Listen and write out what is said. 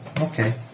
Okay